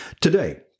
today